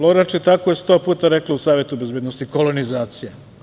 Flora Čitaku je sto puta rekla u Savetu bezbednosti - kolonizacija.